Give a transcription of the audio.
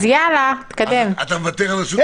אתה מוותר על רשות הדיבור?